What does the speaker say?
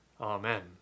Amen